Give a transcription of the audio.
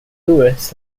lewis